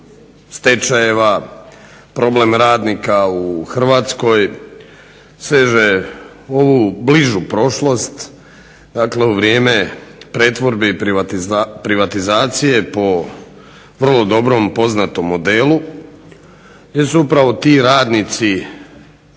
stečajeva, problem radnika u Hrvatskoj seže u ovu bližu prošlost, dakle u vrijeme pretvorbe i privatizacije po vrlo dobrom poznatom modelu gdje su upravo ti radnici